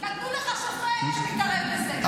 נתנו לך שופט שיתערב בזה.